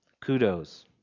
kudos